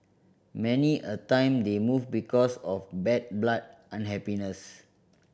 many a time they move because of bad blood unhappiness